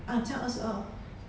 ah 这样二十二